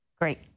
Great